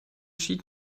sheet